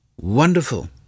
wonderful